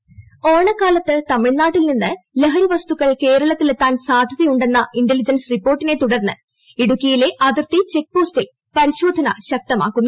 ലഹരിവസ്തുക്കൾ ഇൻഡ്രോ ഓണക്കാലത്ത് തമിഴ്നാട്ടിൽ നിന്ന് ലഹരിവസ്തുക്കൾ കേരളത്തിലെത്താൻ സാധ്യതയുണ്ടെന്ന ഇന്റലിജൻസ് റിപ്പോർട്ടിനെ തുടർന്ന് ഇടുക്കിയിലെ അതിർത്തി ചെക്ക് പോസ്റ്റിൽ പരിശോധന ശക്തമാക്കുന്നു